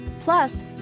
Plus